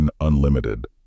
Unlimited